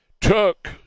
took